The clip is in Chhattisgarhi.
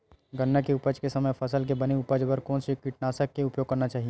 गन्ना के उपज के समय फसल के बने उपज बर कोन से कीटनाशक के उपयोग करना चाहि?